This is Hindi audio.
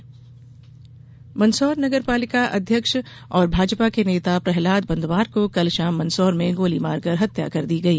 मंदसौर हत्या मंदसौर नगरपालिका अध्यक्ष और भाजपा के नेता प्रहलाद बंधवार की कल शाम मंदसौर में गोली मारकर हत्या कर दी गई